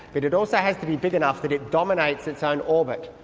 it it also has to be big enough that it dominates its own orbit,